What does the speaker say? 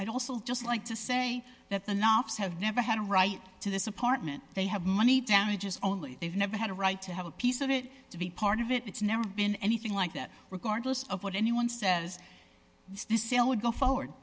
i'd also just like to say that the knobs have never had a right to this apartment they have money damages only they've never had a right to have a piece of it to be part of it it's never been anything like that regardless of what anyone says